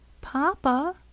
Papa